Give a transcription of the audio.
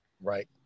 Right